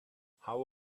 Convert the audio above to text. how